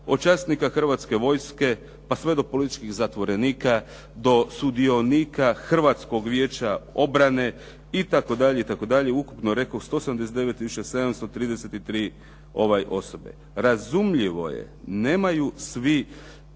od časnika Hrvatske vojske pa sve do političkih zatvorenika, do sudionika Hrvatskog vijeća obrane itd., itd.. Ukupno rekoh 179 tisuća 733 osobe. Razumljivo je, nemaju svi